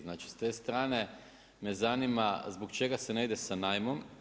Znači s te strane me zanima zbog čega se ne ide sa najmom?